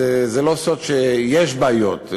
אז זה לא סוד שיש בעיות.